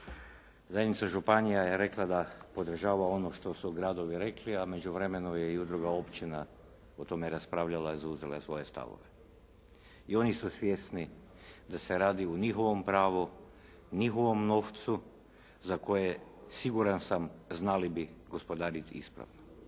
Zajednica županija je rekla da podržava ono što su gradovi rekli, a u međuvremenu je i udruga općina o tome raspravljala i zauzela svoje stavove i oni su svjesni da se radi o njihovom pravu, njihovom novcu za koje siguran sam znali bi gospodariti ispravno.